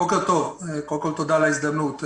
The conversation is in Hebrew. בוקר טוב, ותודה על ההזדמנות.